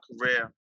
career